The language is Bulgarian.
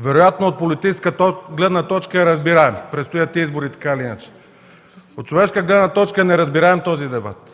Вероятно от политическа гледна точка е разбираем – предстоят избори, така или иначе. От човешка гледна точка този дебат